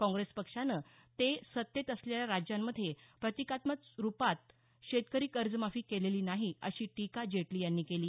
काँग्रेस पक्षानं ते सत्तेत असलेल्या राज्यांमध्ये प्रतिकात्मक रुपातही शेतकरी कर्जमाफी केलेली नाही अशी टीका जेटली यांनी केली